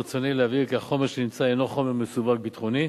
ברצוני להבהיר כי החומר שנמצא אינו חומר מסווג ביטחוני.